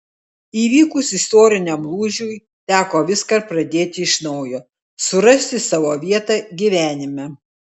įvykus istoriniam lūžiui teko viską pradėti iš naujo surasti savo vietą gyvenime